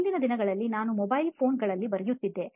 ಹಿಂದಿನ ದಿನಗಳಲ್ಲಿ ನಾನು mobile phone ಗಳಲ್ಲಿ ಬರೆಯುತ್ತಿದ್ದೆ